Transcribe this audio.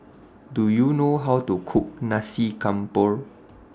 Do YOU know How to Cook Nasi Campur